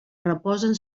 reposen